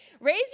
Raise